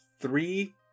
three